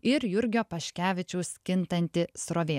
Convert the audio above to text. ir jurgio paškevičiaus kintanti srovė